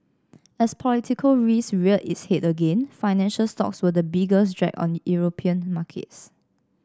as political risk reared its head again financial stocks were the biggest drag on European markets